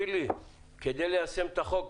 כדי ליישם את החוק,